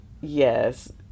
Yes